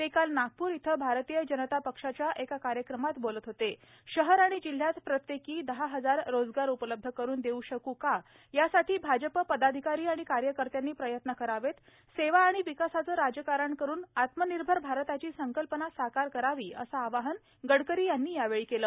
ते काल नागपूर इथं जनता पक्षाच्या भारतीय शहर आणि जिल्ह्यात प्रत्येकी दहा हजार रोजगार उपलब्ध करून देऊ शक् काय यासाठी भाजप पदाधिकारी आणि कार्यकर्त्यांनी प्रयत्न करावेत सेवा आणि विकासाचं राजकारण करून आत्मनिर्भर भारताची संकल्पना साकार करावी असं आवाहन गडकरी यांनी यावेळी केलं